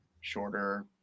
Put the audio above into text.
shorter